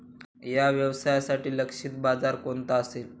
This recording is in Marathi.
या व्यवसायासाठी लक्षित बाजार कोणता असेल?